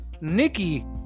Nikki